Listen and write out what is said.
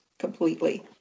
Completely